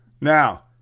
Now